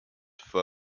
for